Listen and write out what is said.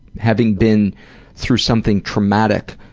having been through something traumatic,